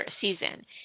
season